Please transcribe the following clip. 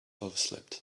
overslept